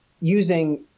using